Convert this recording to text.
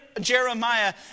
Jeremiah